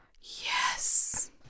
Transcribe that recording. Yes